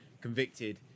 convicted